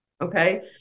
okay